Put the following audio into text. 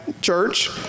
church